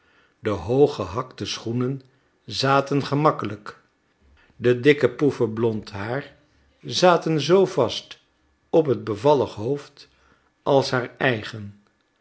de hooggehakte schoenen zaten gemakkelijk de dikke pouffen blond haar zaten zoo vast op het bevallig hoofd als haar eigen